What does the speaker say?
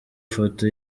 foto